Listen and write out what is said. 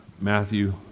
Matthew